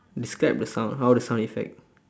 describe the sound how the sound effect